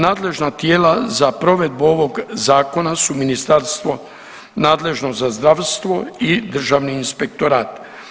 Nadležna tijela za provedbu ovog zakona su Ministarstvo nadležno za zdravstvo i državni inspektorat.